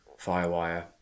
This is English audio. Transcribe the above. firewire